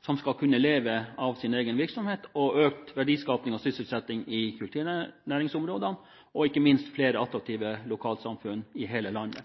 som skal kunne leve av sin egen virksomhet, økt verdiskaping og sysselsetting i kulturnæringsområdene, og ikke minst flere attraktive lokalsamfunn i hele landet.